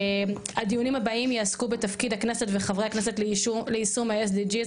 הדיונים הבאים יעסקו בתפקיד הכנסת וחברי הכנסת ליישום ה-SDG.